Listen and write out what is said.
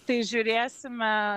tai žiūrėsime